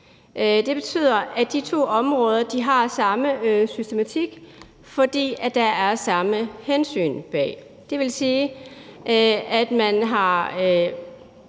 Det betyder, at de to områder har den samme systematik, fordi der er det samme hensyn bag. Det vil sige, at man har